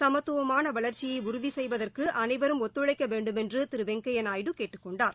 சமத்துவமானவளர்ச்சியைஉறுதிசெய்வதற்குஅனைவரும் ஒத்துழைக்கவேண்டுமென்றுதிருவெங்கையாநாயுடு கேட்டுக் கொண்டார்